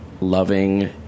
loving